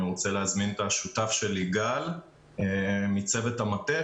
אני רוצה להזמין את השותף שלי גל פרדו מצוות המטה,